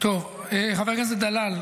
חבר הכנסת דלל,